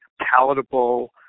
palatable